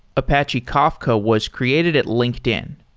apache kafka was created at linkedin.